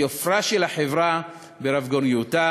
כי יופייה של החברה ברבגוניותה.